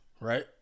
Right